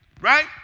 right